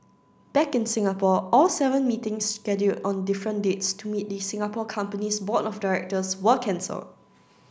back in Singapore all seven meetings scheduled on different dates to meet the Singapore company's board of directors were cancelled